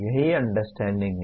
यही अंडरस्टैंडिंग है